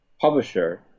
publisher